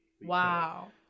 Wow